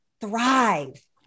thrive